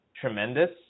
tremendous